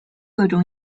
各种